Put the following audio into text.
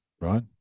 right